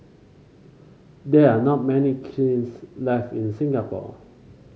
there are not many kilns left in Singapore